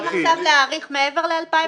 אתם רוצים להאריך עכשיו מעבר ל-2021?